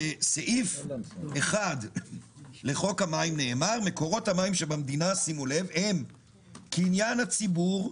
בסעיף 1 לחוק המים נאמר: מקורות המים שבמדינה הם קניין הציבור,